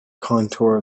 contour